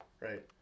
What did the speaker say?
right